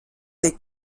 dei